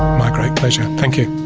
my great pleasure, thank you.